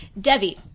Devi